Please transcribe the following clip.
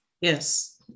Yes